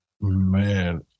Man